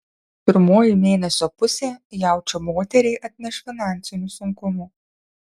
pirmoji mėnesio pusė jaučio moteriai atneš finansinių sunkumų